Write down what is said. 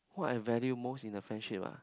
what I value most in a friendship ah